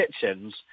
kitchens